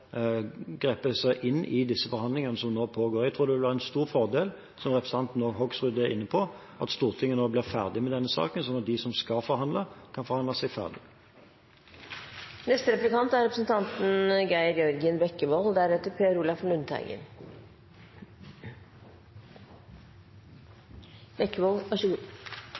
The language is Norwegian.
inn i disse forhandlingene som nå pågår. Jeg tror det vil være en stor fordel, som representanten Hoksrud også var inne på, at Stortinget nå blir ferdig med denne saken, slik at de som skal forhandle, kan forhandle seg ferdig.